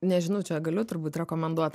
nežinau čia galiu turbūt rekomenduot